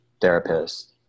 therapist